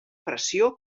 pressió